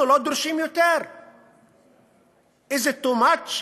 אנחנו לא דורשים יותר, Is it too much?